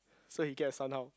so he get a son how